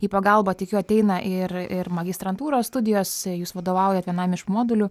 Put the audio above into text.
į pagalbą tikiu ateina ir ir magistrantūros studijose jūs vadovaujat vienam iš modulių